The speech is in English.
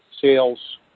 sales